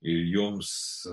ir jums